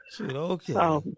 Okay